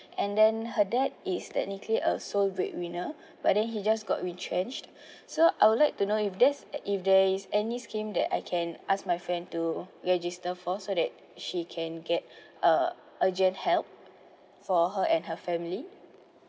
and then her dad is technically a sole breadwinner but then he just got retrenched so I would like to know if there's if there is any scheme that I can ask my friend to register for so that she can get uh urgent help for her and her family